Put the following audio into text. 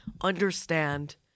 understand